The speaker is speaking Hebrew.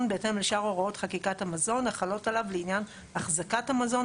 בהתאם לשאר הוראות חקיקת המזון החלות עליו לעניין החזקת המזון,